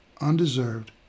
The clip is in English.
undeserved